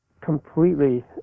completely